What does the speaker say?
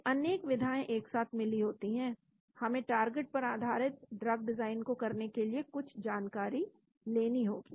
तो अनेक विधाएं एक साथ मिली होती है हमें टारगेट पर आधारित ड्रग डिजाइन को करने के लिए कुछ जानकारी लेनी होगी